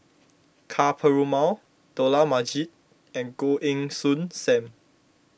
Ka Perumal Dollah Majid and Goh Heng Soon Sam